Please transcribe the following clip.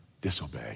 disobey